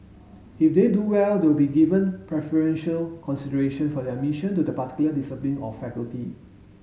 if they do well they will be given preferential consideration for their mission to the particular discipline or faculty